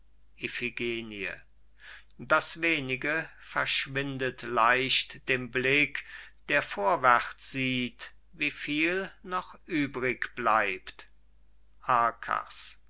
das wenige verschwindet leicht dem blick der vorwärts sieht wie viel noch übrig bleibt